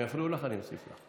אם יפריעו לך, אני אוסיף לך.